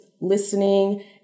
listening